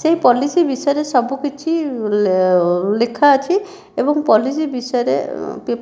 ସେହି ପଲିସି ବିଷୟରେ ସବୁ କିଛି ଲେଖା ଅଛି ଏବଂ ପଲିସି ବିଷୟରେ